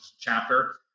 chapter